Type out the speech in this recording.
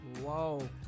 Whoa